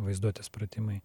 vaizduotės pratimai